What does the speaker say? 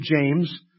James